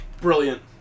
Brilliant